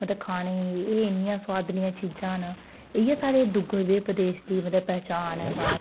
मतलब खाने गी एह् इंया सोआदलियां चीज़ां न इ'यै साढ़े डुग्गर दी प्रदेश दी मतलब पहचान ऐ बाह्र